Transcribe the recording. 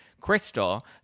Crystal